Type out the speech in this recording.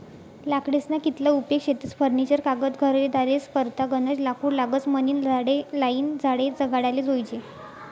लाकडेस्ना कितला उपेग शेतस फर्निचर कागद घरेदारेस करता गनज लाकूड लागस म्हनीन झाडे लायीन झाडे जगाडाले जोयजे